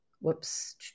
whoops